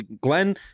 Glenn